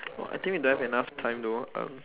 !wah! I think we don't have enough time though uh